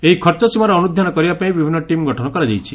ଏହି ଖର୍ଚ ସୀମାର ଅନୁଧ୍ଧାନ କରିବା ପାଇଁ ବିଭିନ୍ ଟିମ୍ ଗଠନ କରାଯାଇଛି